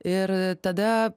ir tada